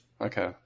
okay